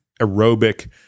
aerobic